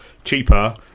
cheaper